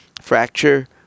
fracture